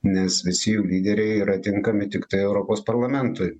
nes visi jų lyderiai yra tinkami tiktai europos parlamentui